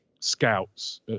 scouts